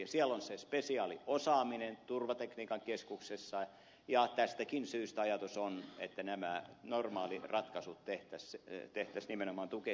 siellä on se spesiaaliosaaminen turvatekniikan keskuksessa ja tästäkin syystä ajatus on että nämä normaaliratkaisut tehtäisiin nimenomaan tukesissa